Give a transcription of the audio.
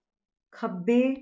ਖੱਬੇ